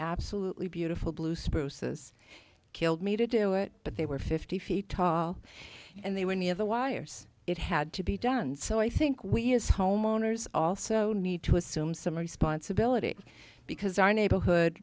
absolutely beautiful blue spruces killed me to do it but they were fifty feet tall and they were any of the wires it had to be done so i think we as homeowners also need to assume some responsibility because our neighborhood